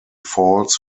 falls